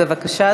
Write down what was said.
בבקשה,